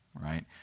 right